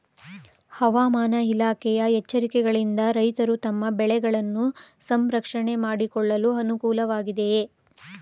ಹವಾಮಾನ ಇಲಾಖೆಯ ಎಚ್ಚರಿಕೆಗಳಿಂದ ರೈತರು ತಮ್ಮ ಬೆಳೆಗಳನ್ನು ಸಂರಕ್ಷಣೆ ಮಾಡಿಕೊಳ್ಳಲು ಅನುಕೂಲ ವಾಗಿದೆಯೇ?